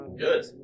Good